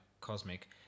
Cosmic